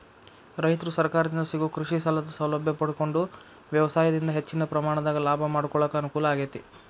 ರೈತರು ಸರಕಾರದಿಂದ ಸಿಗೋ ಕೃಷಿಸಾಲದ ಸೌಲಭ್ಯ ಪಡಕೊಂಡು ವ್ಯವಸಾಯದಿಂದ ಹೆಚ್ಚಿನ ಪ್ರಮಾಣದಾಗ ಲಾಭ ಮಾಡಕೊಳಕ ಅನುಕೂಲ ಆಗೇತಿ